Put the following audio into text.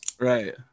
right